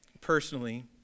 personally